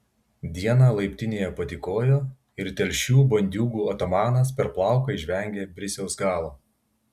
dieną laiptinėje patykojo ir telšių bandiūgų atamanas per plauką išvengė brisiaus galo